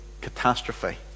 catastrophe